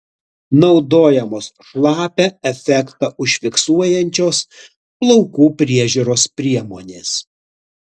naudojamos šlapią efektą užfiksuojančios plaukų priežiūros priemonės